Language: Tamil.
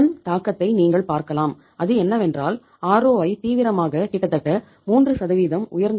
இதன் தாக்கத்தை நீங்கள் பார்க்கலாம் அது என்னவென்றால் ஆர்